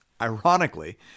Ironically